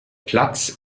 platz